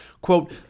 Quote